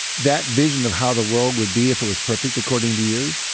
that vision of how the world would be if it was perfect according to you,